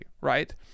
right